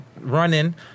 Running